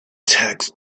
tax